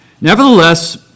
Nevertheless